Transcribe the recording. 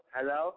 Hello